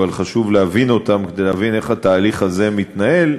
אבל חשוב להבין אותם כדי להבין איך התהליך הזה מתנהל.